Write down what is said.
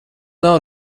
nav